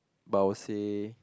but I would say